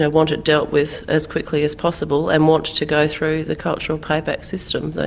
ah want it dealt with as quickly as possible and want to go through the cultural payback system.